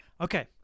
Okay